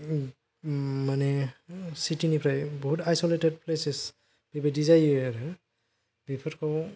माने सिटि निफ्राय गोबां आइसलेटेट प्लेसेस बेबादि जायो आरो बेफोरखौ